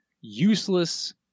useless